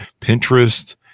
Pinterest